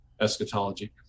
eschatology